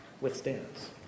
withstands